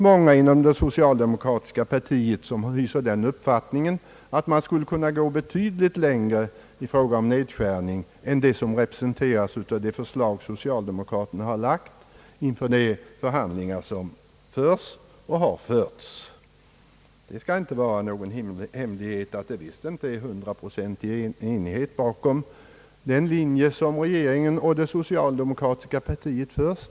Många inom det socialdemokratiska partiet hyser uppfattningen att man skulle kunna gå betydligt längre i fråga om nedskärning än vad man stannat för i det förslag som socialdemokraterna har framlagt inför de förhandlingar som har förts och förs. Det kan inte vara någon hemlighet att det visst inte råder hundraprocentig enighet bakom den linje som regeringen och det socialdemokratiska partiet för.